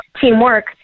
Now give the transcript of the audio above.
teamwork